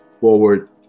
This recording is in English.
forward